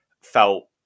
felt